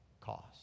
cost